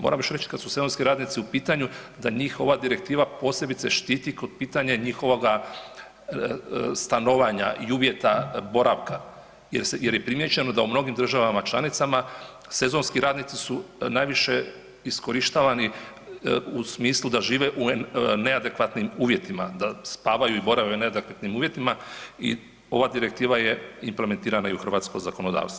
Moram još reći kad su sezonski radnici u pitanju da njih ova direktiva posebice štiti kod pitanja njihovoga stanovanja i uvjeta boravka jer je primijećeno da u mnogim državama članicama sezonski radnici su najviše iskorištavani u smislu da žive u neadekvatnim uvjetima, da spavaju i borave u neadekvatnim uvjetima i ova direktiva je implementirana i u hrvatsko zakonodavstvo.